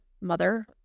mother